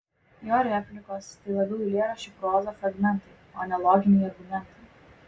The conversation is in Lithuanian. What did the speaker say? jo replikos tai labiau eilėraščių proza fragmentai o ne loginiai argumentai